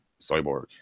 Cyborg